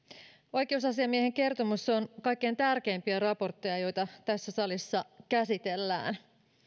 oikeusasiamiehen kertomus on kaikkein tärkeimpiä raportteja joita tässä salissa käsitellään